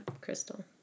crystal